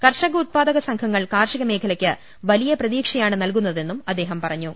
കർഷക ഉൽപാദൃക് സൃഘങ്ങൾ കാർഷിക മേഖലയ്ക്ക് വലിയ പ്രതീക്ഷയാണ് നൽകുന്നതെന്നും അദ്ദേഹം പറഞ്ഞു